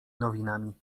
nowinami